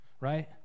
right